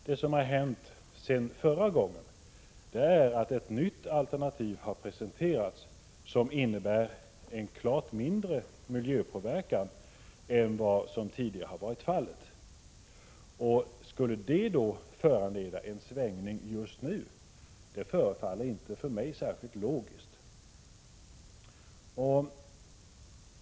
Vad som hänt sedan förra gången ärendet behandlades är att det presenterats ett nytt alternativ som kommer att innebära en klart mindre påverkan på miljön än vad som tidigare har varit fallet. Skulle detta föranleda en svängning just nu? Det förefaller inte mig särskilt logiskt.